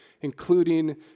including